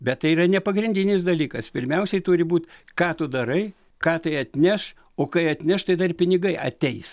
bet tai yra ne pagrindinis dalykas pirmiausiai turi būt ką tu darai ką tai atneš o kai atneš tai dar pinigai ateis